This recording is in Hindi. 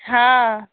हाँ